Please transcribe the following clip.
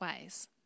ways